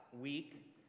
week